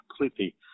completely